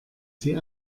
sie